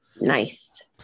Nice